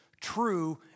true